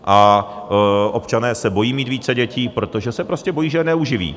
A občané se bojí mít více dětí, protože se prostě bojí, že je neuživí.